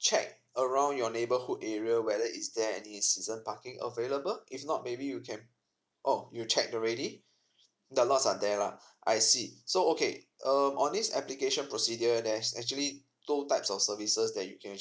check around your neighborhood area whether is there any season parking available if not maybe you can oh you checked already the laws are there lah I see so okay um on this application procedure there's actually two types of services that you can actually